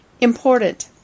important